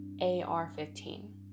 AR-15